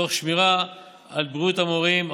תוך שמירה על בריאות המורים,